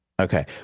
Okay